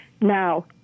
Now